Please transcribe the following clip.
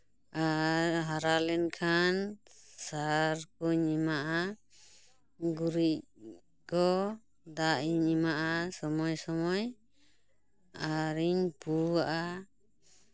ᱟᱨ ᱦᱟᱨᱟ ᱞᱮᱱᱠᱷᱟᱱ ᱥᱟᱨ ᱠᱚᱧ ᱮᱢᱟᱜᱼᱟ ᱜᱩᱨᱤᱡ ᱠᱚ ᱫᱟᱜ ᱤᱧ ᱮᱢᱟᱜᱼᱟ ᱥᱚᱢᱚᱭ ᱥᱚᱢᱚᱭ ᱟᱨᱤᱧ ᱯᱩᱣᱟᱜᱼᱟ